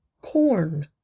corn